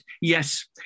Yes